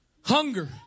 hunger